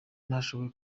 ntashobora